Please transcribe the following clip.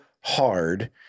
hard